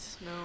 no